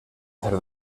hacer